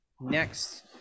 next